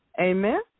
Amen